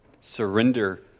Surrender